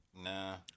nah